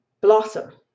blossom